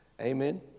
Amen